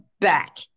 back